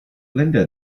linda